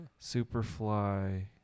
superfly